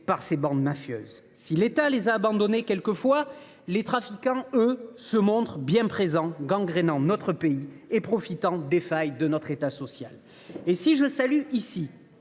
par les bandes mafieuses. Si l’État les a abandonnés, les trafiquants, eux, se montrent bien présents, gangrenant notre pays et profitant des failles de notre État social. Si je salue ici